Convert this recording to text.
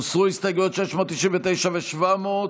הוסרו הסתייגויות 699 ו-700.